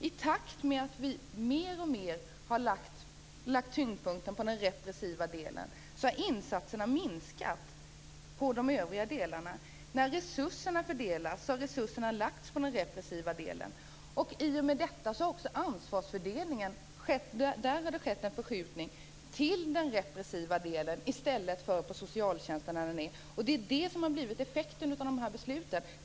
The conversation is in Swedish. I takt med att man mer och mer lagt tyngdpunkten på den repressiva delen har insatserna minskat på de övriga delarna. När resurserna fördelas har de lagts på den repressiva delen. I och med detta har det också skett en förskjutning av ansvarsfördelningen till den repressiva delen i stället för till socialtjänsten. Detta har blivit effekten av besluten.